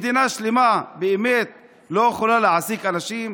מדינה שלמה באמת לא יכולה להעסיק אנשים?